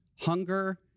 hunger